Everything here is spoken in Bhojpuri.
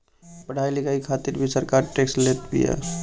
पढ़ाई लिखाई खातिर भी सरकार टेक्स लेत बिया